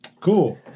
Cool